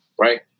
Right